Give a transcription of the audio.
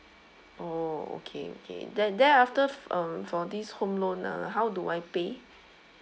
oh okay okay then then after f~ um for this home loan uh how do I pay